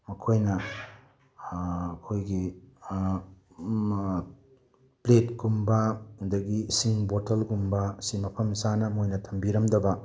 ꯃꯈꯣꯏꯅ ꯑꯩꯈꯣꯏꯒꯤ ꯄ꯭ꯂꯦꯠꯀꯨꯝꯕ ꯑꯗꯨꯗꯒꯤ ꯏꯁꯤꯡ ꯕꯣꯇꯜꯒꯨꯝꯕ ꯑꯁꯤ ꯃꯐꯝ ꯆꯥꯅ ꯃꯣꯏꯅ ꯊꯝꯕꯤꯔꯝꯗꯕ